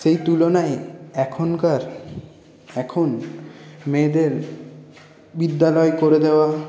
সেই তুলনায় এখনকার এখন মেয়েদের বিদ্যালয় করে দেওয়া